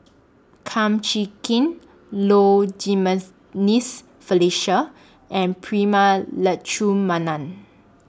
Kum Chee Kin Low Felicia and Prema Letchumanan